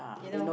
you know